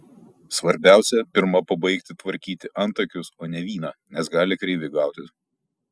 svarbiausia pirma pabaigti tvarkyti antakius o ne vyną nes gali kreivi gautis